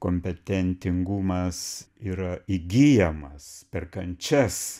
kompetentingumas yra įgyjamas per kančias